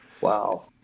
Wow